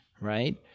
right